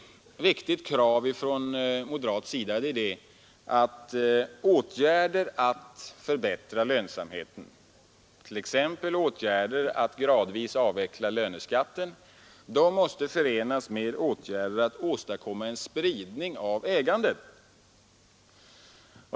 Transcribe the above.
Ett betydelsefullt krav från moderat sida är att åtgärder för att förbättra lönsamheten — t.ex. ett gradvis avvecklande av löneskatten — måste förenas med åtgärder för att åstadkomma en spridning av ägandet.